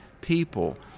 people